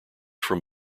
from